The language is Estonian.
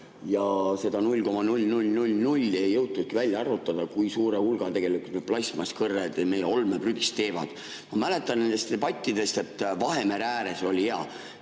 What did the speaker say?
Ja seda 0,000... ei jõutudki välja arvutada, kui suure hulga plastmasksõrred meie olmeprügist moodustavad. Ma mäletan nendest debattidest, et Vahemere ääres oli [neid